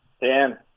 Dan